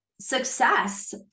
success